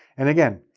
and, again,